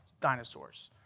dinosaurs